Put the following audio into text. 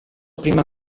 prima